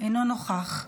אינו נוכח,